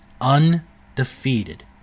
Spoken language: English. undefeated